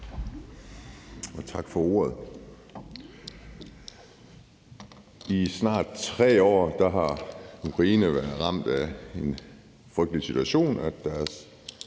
Tak for ordet. I snart 3 år har Ukraine været ramt af den frygtelige situation, at deres